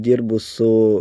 dirbu su